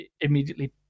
immediately